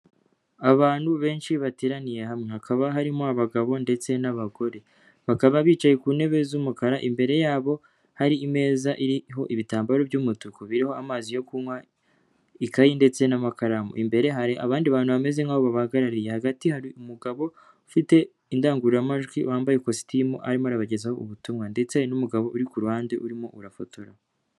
Abantu benshi bateraniye hamwe, hakaba harimo abagabo ndetse n'abagore, bakaba bicaye ku ntebe z'umukara imbere yabo, hari imeza iriho ibitambaro by'umutuku biriho amazi yo kunywa ikayi, ndetse n'amakaramu imbere hari abandi bantu bameze nk'ho bahagarariye hagati hari umugabo ufite indangururamajwi wambaye ikositimu arimo arabagezaho ubutumwa, ndetse n'umugabo uri ku ruhande urimo urafotora.